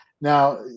Now